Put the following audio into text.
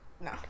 No